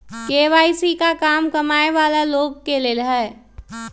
KYC का कम कमाये वाला लोग के लेल है?